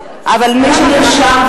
אבל מי שנרשם,